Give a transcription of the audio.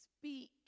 Speak